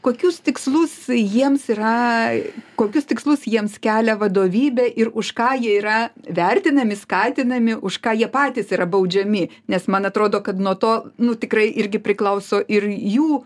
kokius tikslus jiems yra kokius tikslus jiems kelia vadovybė ir už ką jie yra vertinami skatinami už ką jie patys yra baudžiami nes man atrodo kad nuo to nu tikrai irgi priklauso ir jų